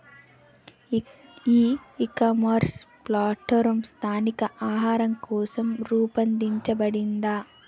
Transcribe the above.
ఈ e-commerce platform స్థానిక ఆహారం కోసం రూపొందించబడిందా?